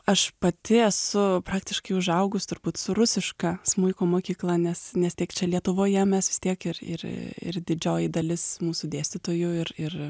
aš pati esu praktiškai užaugus turbūt su rusiška smuiko mokykla nes nes tiek čia lietuvoje mes vis tiek ir ir ir didžioji dalis mūsų dėstytojų ir ir